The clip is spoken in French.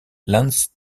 lance